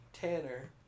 Tanner